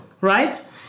Right